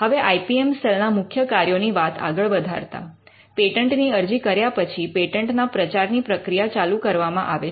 હવે I P M cell ના મુખ્ય કાર્યો ની વાત આગળ વધારતા પેટન્ટની અરજી કર્યા પછી પેટન્ટના પ્રચારની પ્રક્રિયા ચાલુ કરવામાં આવે છે